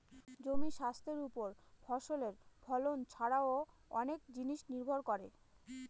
জমির স্বাস্থ্যের ওপর ফসলের ফলন ছারাও অনেক জিনিস নির্ভর করে